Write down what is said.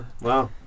Wow